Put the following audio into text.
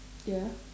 ya